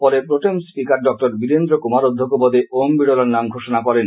পরে protem speaker doctor Virendra Kumar অধ্যক্ষ পদে ওম বিডলার নাম ঘোষণা করেন